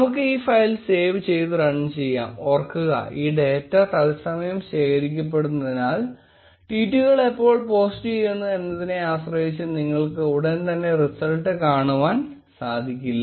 നമുക്ക് ഈ file save ചെയ്ത് റൺ ചെയ്യാം ഓർക്കുക ഈ ഡാറ്റ തത്സമയം ശേഖരിക്കപ്പെടുന്നതിനാൽ ട്വീറ്റുകൾ എപ്പോൾ പോസ്റ്റുചെയ്യുന്നു എന്നതിനെ ആശ്രയിച്ച് നിങ്ങൾക്ക് ഉടൻ തന്നെ റിസൾട്ട് കാണുവാൻ സാധിക്കില്ല